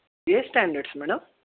A standards madam